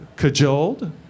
cajoled